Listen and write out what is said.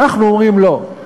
ואנחנו אומרים: לא,